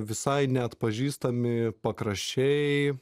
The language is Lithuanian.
visai neatpažįstami pakraščiai